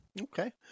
Okay